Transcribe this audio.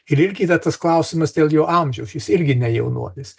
ir irgi yra tas klausimas dėl jo amžiaus jis irgi ne jaunuolis